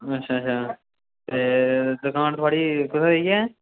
अच्छा अच्छा ते दकान थुआढ़ी कुत्थै जेही ऐ